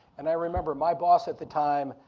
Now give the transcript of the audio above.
and i remember my boss at the time,